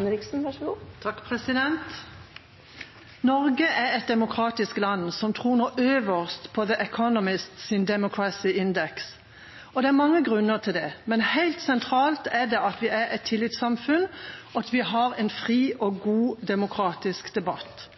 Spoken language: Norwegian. mange grunner til det, men helt sentralt er det at vi er et tillitssamfunn, og at vi har en fri og god demokratisk debatt.